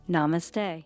Namaste